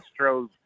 Astros